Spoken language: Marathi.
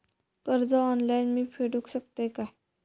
कर्ज ऑनलाइन मी फेडूक शकतय काय?